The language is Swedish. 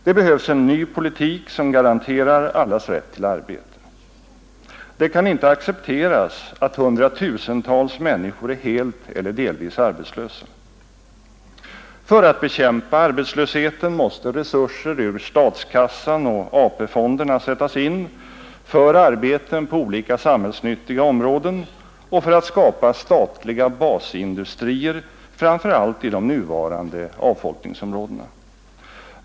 Det behövs en ny politik som garanterar allas rätt till arbete. Det kan inte accepteras att hundratusentals människor är helt eller delvis arbetslösa. För att bekämpa arbetslösheten måste resurser ur statskassan och AP-fonderna sättas in för arbeten på olika samhällsnyttiga områden och för att skapa statliga basindustrier framför allt i de nuvarande avfolkningsområdena.